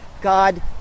God